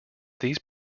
these